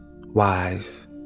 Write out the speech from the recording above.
wise